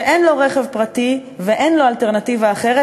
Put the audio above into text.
שאין לו רכב פרטי ואין לו אלטרנטיבה אחרת,